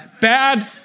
Bad